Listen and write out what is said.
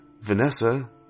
Vanessa